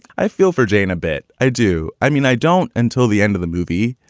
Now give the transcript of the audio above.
i feel for jane a bit. i do. i mean, i don't. until the end of the movie.